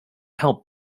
help